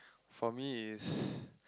for me is